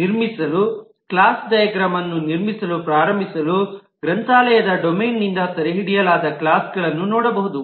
ನಿರ್ಮಿಸಲು class diagram ಅನ್ನು ನಿರ್ಮಿಸಲು ಪ್ರಾರಂಭಿಸಲು ಗ್ರಂಥಾಲಯದ ಡೊಮೇನ್ನಿಂದ ಸೆರೆಹಿಡಿಯಲಾದ ಕ್ಲಾಸ್ಗಳನ್ನು ನೋಡಬಹುದು